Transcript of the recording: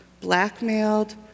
blackmailed